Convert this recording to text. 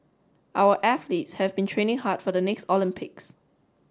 our athletes have been training hard for the next Olympics